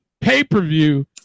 pay-per-view